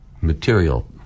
material